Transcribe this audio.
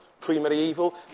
pre-medieval